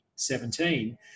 2017